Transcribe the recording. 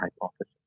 hypothesis